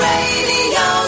Radio